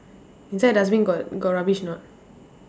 inside the dustbin got got rubbish or not